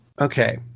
Okay